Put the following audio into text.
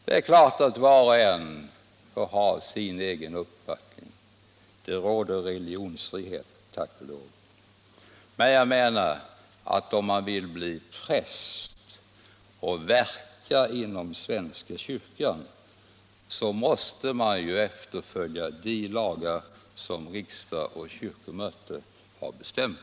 Det är klart att var och en får ha sin egen uppfattning — det råder religionsfrihet, tack och lov — men jag menar att om man vill bli präst och verka inom svenska kyrkan, måste man ju efterfölja de lagar som riksdag och kyrkomöte har bestämt.